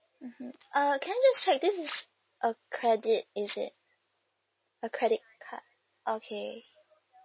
mmhmm uh can I just check this is a credit is it a credit card okay